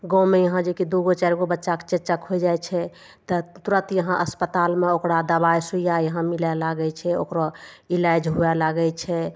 गाँवमे यहाँ जेकि दू गो चारि गो बच्चाके चेचक होइ जाइ छै तऽ तुरत यहाँ अस्पतालमे ओकरा दबाइ सुइया यहाँ मिलय लागय छै ओकरो इलाज हुवे लागय छै